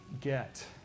get